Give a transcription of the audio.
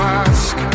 ask